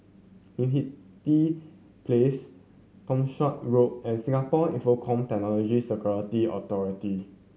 Hindhede Place Townshend Road and Singapore Infocomm Technology Security Authority